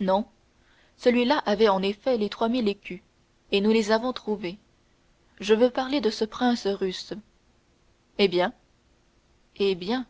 non celui-là avait en effet les trois mille écus et nous les avons trouvés je veux parler de ce prince russe eh bien eh bien